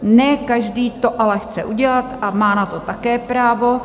Ne každý to ale chce udělat, a má na to také právo.